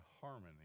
harmony